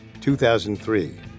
2003